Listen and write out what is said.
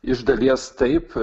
iš dalies taip